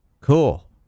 cool